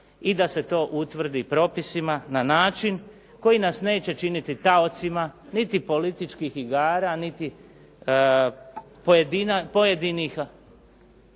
i da se to utvrdi propisima na način koji nas neće činiti taocima, niti političkih igara, niti pojedinih